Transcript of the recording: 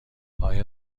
آیا